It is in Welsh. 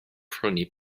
prynu